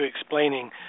explaining